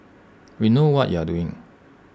we know what you are doing